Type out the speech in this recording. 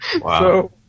Wow